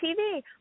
TV